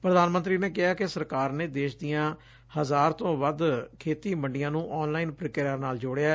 ਪ੍ਰਧਾਨ ਮੰਤਰੀ ਨੇ ਕਿਹਾ ਕਿ ਸਰਕਾਰ ਨੇ ਦੇਸ਼ ਦੀਆਂ ਹਜ਼ਾਰ ਤੋਂ ਵੱਧ ਖੇਤੀ ਮੰਡੀਆਂ ਨੂੰ ਆਨਲਾਈਨ ਪ੍ਰੀਕ੍ਿਆ ਨਾਲ ਜੋਝਿਐ